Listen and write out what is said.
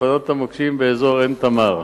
באזור עין-תמר.